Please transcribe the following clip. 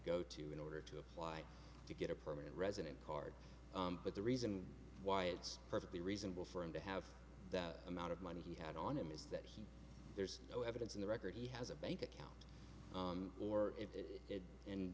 go to in order to apply to get a permanent resident card but the reason why it's perfectly reasonable for him to have that amount of money he had on him is that there's no evidence in the record he has a bank account or it and